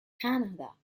kannada